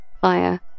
fire